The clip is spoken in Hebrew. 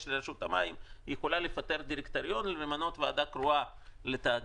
לרשות המים זה לפטר דירקטוריון ולהקים ועדה קרואה לתאגיד.